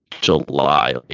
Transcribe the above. July